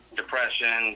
depression